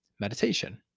meditation